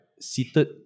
seated